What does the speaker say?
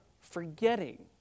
forgetting